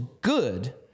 good